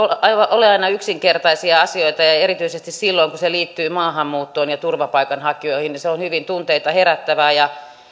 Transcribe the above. ole aina yksinkertaisia asioita ja ja erityisesti silloin kun liittyy maahanmuuttoon ja turvapaikanhakijoihin se on hyvin tunteita herättävää ja